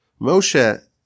Moshe